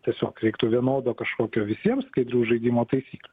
tiesiog reiktų vienodo kažkokio visiems skaidrių žaidimo taisyklių